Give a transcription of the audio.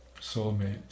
soulmate